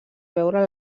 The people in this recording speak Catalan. veure